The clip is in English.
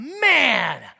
man